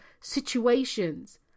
situations